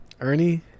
Ernie